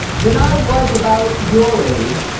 when i was about your age,